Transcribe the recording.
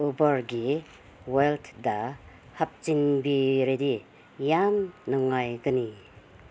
ꯎꯕꯔꯒꯤ ꯋꯥꯂꯦꯠꯇ ꯍꯥꯞꯆꯤꯟꯕꯤꯔꯗꯤ ꯌꯥꯝ ꯅꯨꯡꯉꯥꯏꯒꯅꯤ